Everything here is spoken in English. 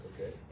Okay